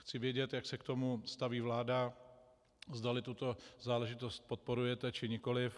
Chci vědět, jak se k tomu staví vláda, zdali tuto záležitost podporujete, či nikoliv.